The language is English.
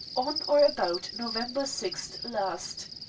on or about november six last.